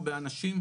או באנשים,